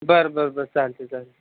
बरं बरं बरं चालते चालेल